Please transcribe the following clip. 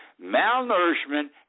malnourishment